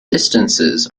distances